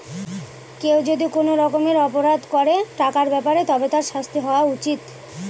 কেউ যদি কোনো রকমের অপরাধ করে টাকার ব্যাপারে তবে তার শাস্তি হওয়া উচিত